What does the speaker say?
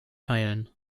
teilen